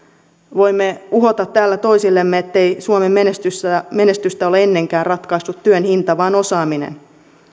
voimme uhota täällä toisillemme ettei suomen menestystä ole ennenkään ratkaissut työn hinta vaan osaaminen